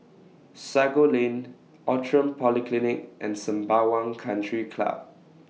Sago Lane Outram Polyclinic and Sembawang Country Club